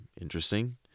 Interesting